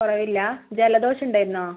കുറവില്ലേ ജലദോഷം ഉണ്ടായിരുന്നോ